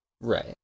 Right